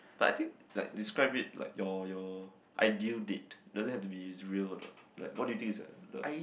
but I think like describe it like your your ideal date doesn't have to be it's real or not like what do you think is the